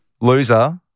loser